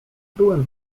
byłem